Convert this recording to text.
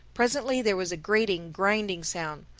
presently there was a grating, grinding sound.